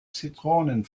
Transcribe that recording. zitronen